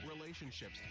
relationships